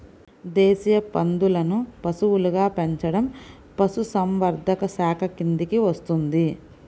దేశీయ పందులను పశువులుగా పెంచడం పశుసంవర్ధక శాఖ కిందికి వస్తుంది